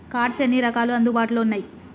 Cards ఎన్ని రకాలు అందుబాటులో ఉన్నయి?